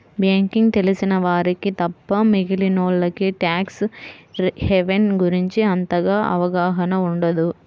banking తెలిసిన వారికి తప్ప మిగిలినోల్లకి ట్యాక్స్ హెవెన్ గురించి అంతగా అవగాహన ఉండదు